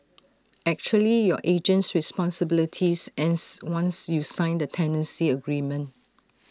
actually your agent's responsibilities ends once you sign the tenancy agreement